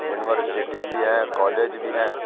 university بھی ہے college بھی ہے